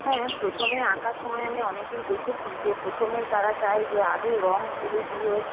হ্যাঁ প্রথমে আঁকার সময় আমি অনেকেই দেখেছি যে প্রথমেই তারা চায় যে আগে রং তুলি দিয়ে